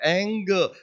anger